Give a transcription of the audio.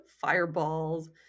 fireballs